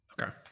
Okay